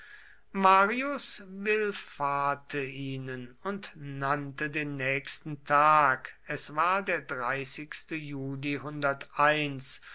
marius willfahrte ihnen und nannte den nächsten tag es war der juli